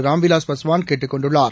ராம்விலாஸ் பாஸ்வாள் கேட்டுக் கொண்டுள்ளார்